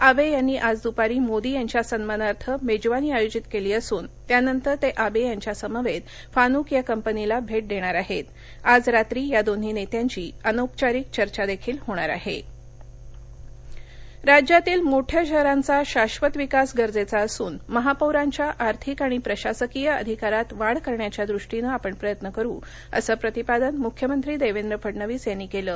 आब िनी आज दुपारी मोदी यांच्या सन्मानार्थ मक्रिमनी आयोजित क्वी असून त्यानंतर त आब ि यांच्यासमक्तफानुक या कंपनीला भद्यादक्षार आहता आज रात्री या दोन्ही नस्त्रांची अनौपचारिक चर्चा दक्षील होणार आहता महापौर परिषदः राज्यातील मोठ्या शहरांचा शाक्षत विकास गरज असून महापौरांच्या आर्थिक आणि प्रशासकीय अधिकारात वाढ करण्याच्या दृष्टीन आपण प्रयत्न करू असं प्रतिपादन मुख्यमंत्री दक्षि फडणवीस यांनी क्लि